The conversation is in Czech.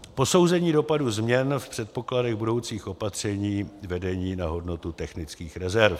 Posouzení dopadu změn v předpokladech budoucích opatření vedení na hodnotu technických rezerv.